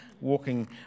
walking